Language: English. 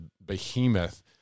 behemoth